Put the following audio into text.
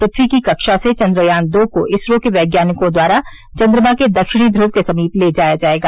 पृथ्वी की कक्षा से चंद्रयान दो को इसरो के वैज्ञानिकों द्वारा चंद्रमा के दक्षिणी ध्रव के समीप ले जाया जाएगा